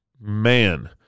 man